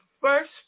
first